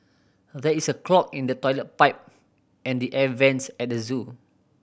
there is a clog in the toilet pipe and the air vents at the zoo